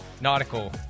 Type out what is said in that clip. nautical